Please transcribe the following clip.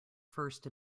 first